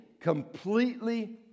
completely